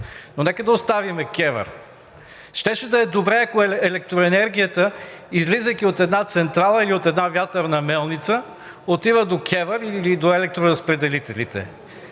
Но нека да оставим КЕВР. Щеше да е добре, ако електроенергията, излизайки от една централа или от една вятърна мелница, отива до КЕВР или до електроразпределителите.